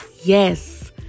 Yes